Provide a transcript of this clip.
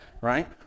right